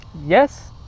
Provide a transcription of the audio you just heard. yes